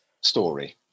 story